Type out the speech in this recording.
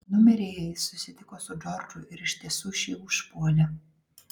numeryje jis susitiko su džordžu ir iš tiesų šį užpuolė